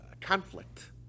conflict